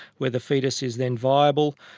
where the fetus is then viable.